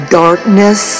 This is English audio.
darkness